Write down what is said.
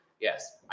Yes